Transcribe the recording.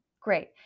Great